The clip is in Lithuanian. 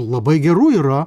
labai gerų yra